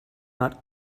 not